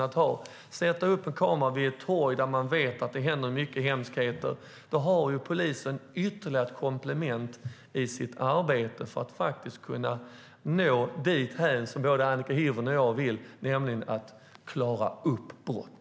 Genom att sätta upp en kamera vid ett torg där man vet att det händer mycket hemskheter får polisen ytterligare ett komplement i sitt arbete för att kunna nå dit både Annika Hirvonen och jag vill, nämligen att klara upp brott.